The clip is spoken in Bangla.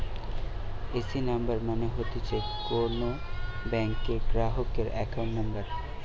এ.সি নাম্বার মানে হতিছে কোন ব্যাংকের গ্রাহকের একাউন্ট নম্বর